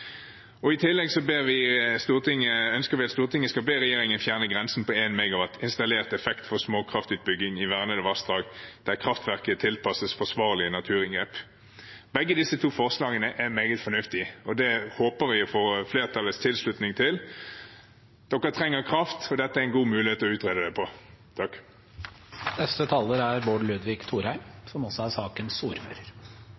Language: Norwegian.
ønsker vi at Stortinget skal be «regjeringen fjerne grensen på 1 megawatt installert effekt for småkraftutbygging i vernede vassdrag der kraftverket tilpasses forsvarlige naturinngrep.» Begge disse forslagene er meget fornuftige, og vi håper å få flertallets tilslutning til dem. Vi trenger kraft, og dette er en god mulighet til å få det utredet. Jeg synes denne debatten viser tydelig at denne saken egentlig er